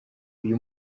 uyu